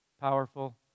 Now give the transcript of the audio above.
powerful